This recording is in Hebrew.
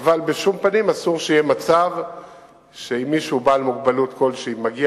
אבל בשום פנים אסור שיהיה מצב שבעל מוגבלות כלשהי מגיע